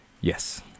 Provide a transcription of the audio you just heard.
yes